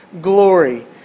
glory